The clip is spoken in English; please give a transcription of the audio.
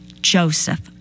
Joseph